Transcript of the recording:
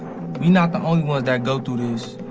not the only ones that go through this.